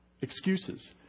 Excuses